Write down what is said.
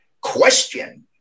question